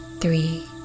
three